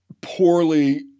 poorly